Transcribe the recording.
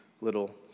little